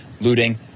looting